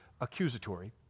accusatory